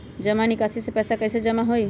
जमा निकासी से पैसा कईसे कमाई होई?